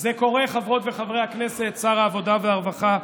זה קורה, חברות וחברי הכנסת, שר העבודה והרווחה,